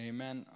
Amen